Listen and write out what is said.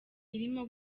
irimo